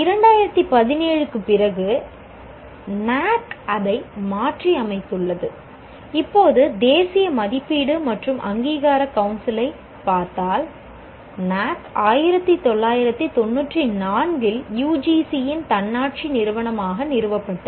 2017 க்குப் பிறகு என்ஏஏசி அதை மாற்றியமைத்துள்ளது இப்போது தேசிய மதிப்பீடு மற்றும் அங்கீகார கவுன்சிலைப் பார்த்தால் என்ஏஏசி 1994 இல் யுஜிசியின் தன்னாட்சி நிறுவனமாக நிறுவப்பட்டது